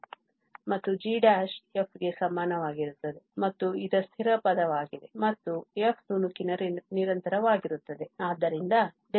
ಮತ್ತು g f ಗೆ ಸಮಾನವಾಗಿರುತ್ತದೆ ಮತ್ತು ಇದು ಸ್ಥಿರ ಪದವಾಗಿದೆ ಮತ್ತು f ತುಣುಕಿನ ನಿರಂತರವಾಗಿರುತ್ತದೆ